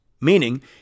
meaning